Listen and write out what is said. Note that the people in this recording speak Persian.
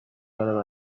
برا